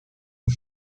une